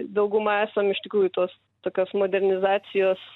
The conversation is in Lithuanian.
dauguma esam iš tikrųjų tos tokios modernizacijos